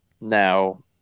Now